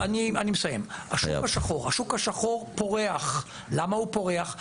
השוק השחור פורח, למה הוא פורח?